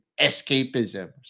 escapism